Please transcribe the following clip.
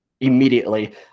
immediately